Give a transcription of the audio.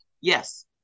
Yes